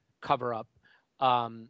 cover-up